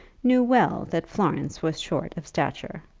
knew well that florence was short of stature.